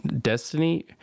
Destiny